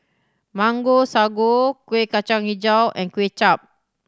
Mango Sago Kueh Kacang Hijau and Kway Chap